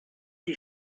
die